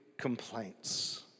complaints